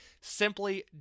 simply